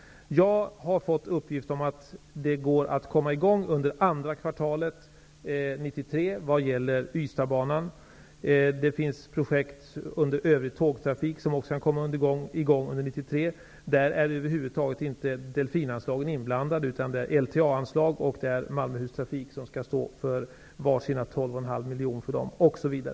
Jag har fått uppgift om att det går att komma i gång under andra kvartalet 1993 vad gäller Ystadbanan. Det finns projekt under Övrig tågtrafik som också kan komma i gång under 1993. Där är DELFIN anslagen över huvud taget inte inblandade. Det är LTA-anslag och Malmöhus trafik som skall stå för vardera 12,5 miljoner.